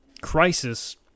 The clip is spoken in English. crisis